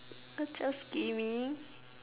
it's just gaming